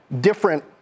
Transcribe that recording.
different